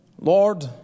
Lord